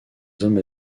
hommes